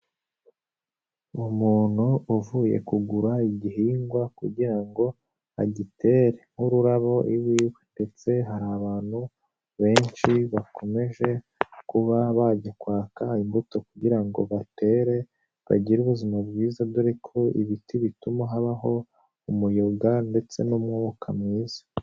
Umuntu uvuye kugura igihingwa kugira ngo agitere nk'ururabo iwe ndetse hari abantu benshi bakomeje kuba bajya kwaka imbuto kugira ngo batere, bagire ubuzima bwiza dore ko ibiti bituma habaho umuyaga ndetse n'umwuka mwiza.